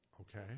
Okay